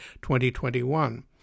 2021